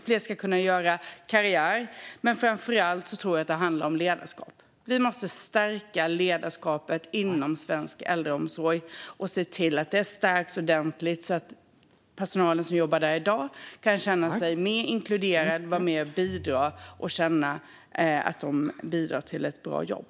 Fler ska kunna göra karriär. Men framför allt tror jag att det handlar om ledarskap: Vi måste stärka ledarskapet inom svensk äldreomsorg - och se till att stärka det ordentligt - så att personalen som jobbar där i dag kan känna sig mer inkluderad, vara med och bidra och känna att de bidrar genom att göra ett bra jobb.